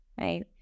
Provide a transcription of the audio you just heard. right